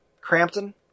crampton